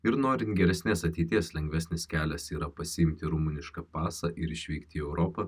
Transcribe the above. ir norint geresnės ateities lengvesnis kelias yra pasiimti rumunišką pasą ir išvykti į europą